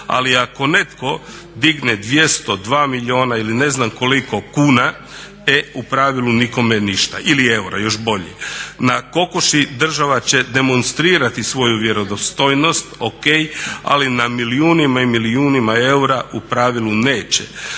ali ako netko digne 202 milijuna ili ne znam koliko kuna e u pravilu nikome ništa ili eura još bolje. Na kokoši država će demonstrirati svoju vjerodostojnost, o.k. ali na milijunima i milijunima eura u pravilu neće.